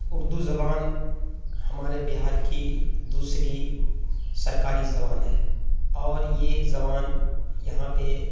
اردو زبان ہمارے بہار کی دوسری سرکاری زبان ہے اور یہ زبان یہاں پہ